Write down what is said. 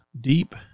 deep